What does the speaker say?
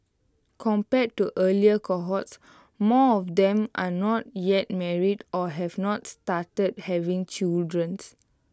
compared to earlier cohorts more of them are not yet married or have not started having children's